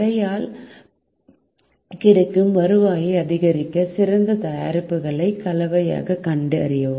கடையால் கிடைக்கும் வருவாயை அதிகரிக்க சிறந்த தயாரிப்பு கலவையைக் கண்டறியவும்